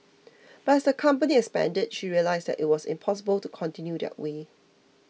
but as the company expanded she realised that it was impossible to continue that way